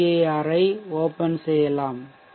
cir ஐ open செய்யலாம் PV